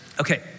Okay